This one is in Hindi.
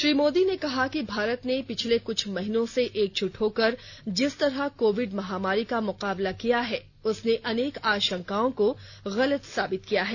श्री मोदी ने कहा कि भारत ने पिछले कुछ महीनों से एकजुट होकर जिस तरह कोविड महामारी का मुकाबला किया है उसने अनेक आशंकाओं को गलत साबित किया है